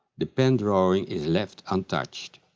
the pen drawing is left untouched.